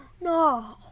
No